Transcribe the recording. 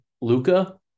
Luca